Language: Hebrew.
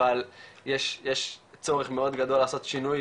יש צורך מאוד גדול לעשות שינוי